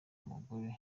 umugore